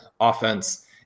offense